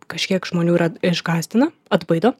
kažkiek žmonių yra išgąsdina atbaido